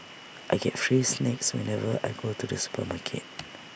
I get free snacks whenever I go to the supermarket